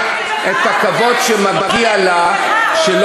אני פונה לכל חברי חברי הכנסת,